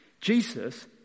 Jesus